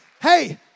Hey